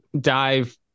dive